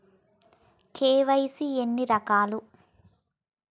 KYC ఎన్ని రకాలు?